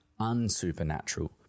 unsupernatural